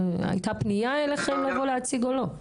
הייתה פניה להציג או לא?